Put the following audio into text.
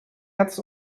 hertz